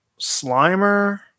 Slimer